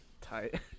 Tight